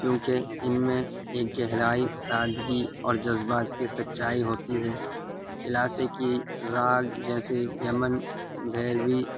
کیونکہ ان میں ایک گہرائی سادگی اور جذبات کی سچائی ہوتی ہے کلاسکی راگ جیسے یمن بیروی